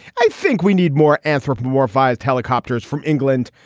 i think we need more anthropomorphized helicopters from england.